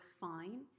fine